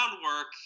groundwork